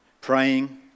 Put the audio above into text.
praying